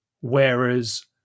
Whereas